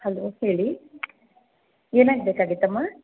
hello ಹೇಳಿ ಏನಾಗಬೇಕಾಗಿತ್ತಮ್ಮ